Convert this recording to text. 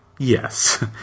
Yes